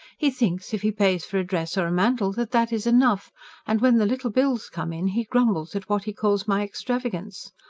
he thinks, if he pays for a dress or a mantle, that that is enough and when the little bills come in, he grumbles at what he calls my extravagance.